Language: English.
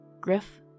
Griff